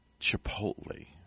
Chipotle